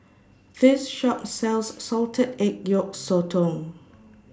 This Shop sells Salted Egg Yolk Sotong